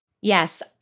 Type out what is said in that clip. Yes